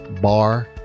bar